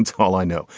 it's all i know.